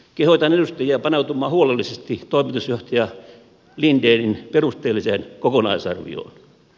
kehotan edustajia paneutumaan huolellisesti toimitusjohtaja lindenin perusteelliseen kokonaisarvioon